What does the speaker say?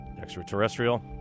extraterrestrial